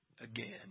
again